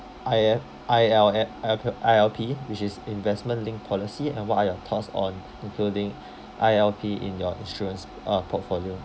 I_F I_L a~ uh p~ I_L_P which is investment linked policy and what are your thoughts on including I_L_P in your insurance uh portfolio